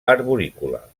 arborícola